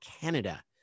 Canada